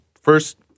First